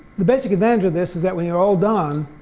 the basic advantage of this is that when you're all done,